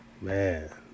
Man